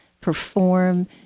perform